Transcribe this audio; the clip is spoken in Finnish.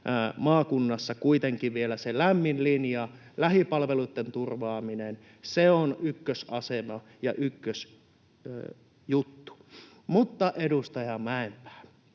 maakunnassa kuitenkin vielä se lämmin linja, lähipalveluitten turvaaminen, on ykkösasia ja ykkösjuttu. Mutta, edustaja Mäenpää,